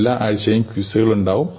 എല്ലാ ആഴ്ചയും ക്വിസുകൾ ഉണ്ടാകും